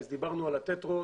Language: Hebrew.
דיברנו על ה-טטרות.